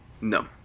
No